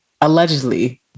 allegedly